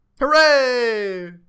hooray